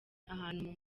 ahantu